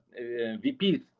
VPs